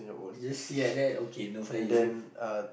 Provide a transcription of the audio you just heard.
is just see like that okay no fire